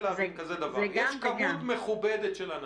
להבין כזה דבר: יש כמות מכובדת של אנשים,